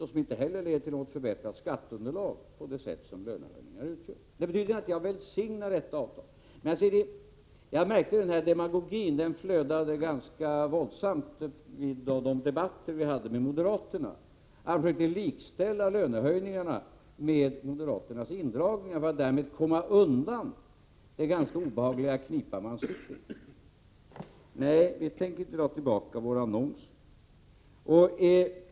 Det leder inte heller till något förbättrat skatteunderlag på det sätt som lönehöjningar utgör. Det betyder att jag välsignar detta avtal. Jag märkte att den här demagogin flödade ganska våldsamt vid de debatter vi hade med moderaterna. De försökte likställa lönehöjningarna med moderaternas indragningar för att därmed komma undan den ganska obehagliga knipa de sitter i. Nej, vi tänker inte dra tillbaka våra annonser.